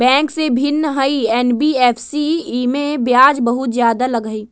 Bank से भिन्न हई एन.बी.एफ.सी इमे ब्याज बहुत ज्यादा लगहई?